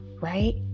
right